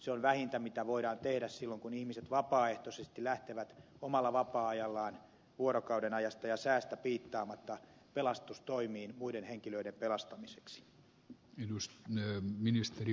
se on vähintä mitä voidaan tehdä silloin kun ihmiset vapaaehtoisesti lähtevät omalla vapaa ajallaan vuorokaudenajasta ja säästä piittaamatta pelastustoimiin muiden henkilöiden pelastamiseksi